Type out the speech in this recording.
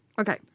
Okay